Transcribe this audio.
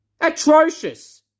Atrocious